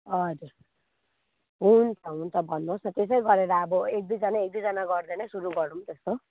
हजुर हुन्छ हुन्छ भन्नुहोस् न त्यसै गरेर अब एक दुईजना एक दुईजना गर्दै नै सुरु गरौँ त्यस्तो